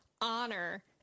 honor